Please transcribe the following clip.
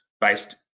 based